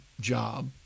job